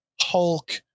Hulk